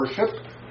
worship